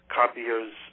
copiers